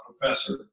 professor